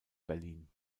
berlin